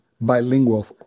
bilingual